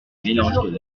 mélange